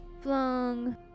flung